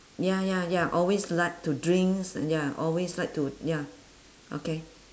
ya ya ya always like to drink ya always like to ya okay